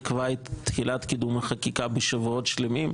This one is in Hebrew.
עיכבה את תחילת קידום החקיקה בשבועות שלמים.